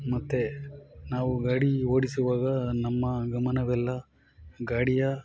ಮತ್ತೆ ನಾವು ಗಾಡಿ ಓಡಿಸುವಾಗ ನಮ್ಮ ಗಮನವೆಲ್ಲ ಗಾಡಿಯ